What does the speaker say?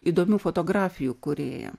įdomių fotografijų kūrėją